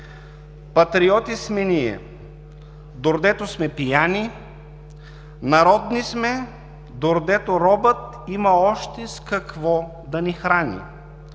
Патриоти сме ние, дордето сме пияни; народни сме, дордето робът има още с какво да ни храни!